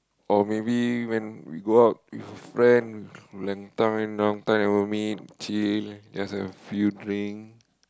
or maybe when we go out with friends long time long time no meet chill just a few drink